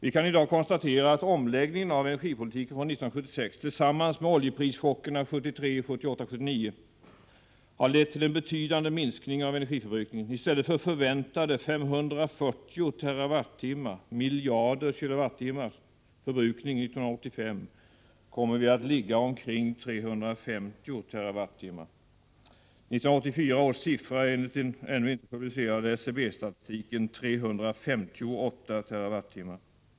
Vi kan i dag konstatera att omläggningen av energipolitiken från 1976 tillsammans med oljeprischockerna 1973, 1978-1979 har lett till en betydande minskning av energiförbrukningen. I stället för förväntade 540 TWh — miljarder kilowattimmar — förbrukning för 1985 kommer vi att ligga på omkring 350 TWh. 1984 års siffra är enligt en inte ännu publicerad SCB-statistik 358 TWh.